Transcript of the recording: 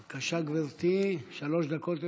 בבקשה, גברתי, שלוש דקות לרשותך.